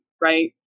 right